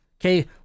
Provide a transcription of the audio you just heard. Okay